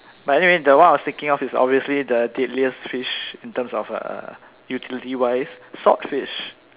but anyway the one I was thinking of is obviously the deadliest fish in terms of uh utility wise swordfish